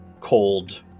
cold